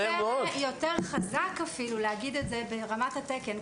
יותר חזק לומר את זה ברמת התקן,